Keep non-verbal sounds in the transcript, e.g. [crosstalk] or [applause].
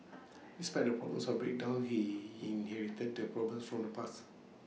[noise] despite the problems of breakdowns he inherited the problems from the past